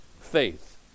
faith